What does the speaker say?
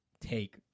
take